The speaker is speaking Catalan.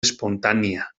espontània